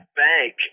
bank